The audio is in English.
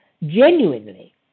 genuinely